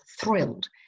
thrilled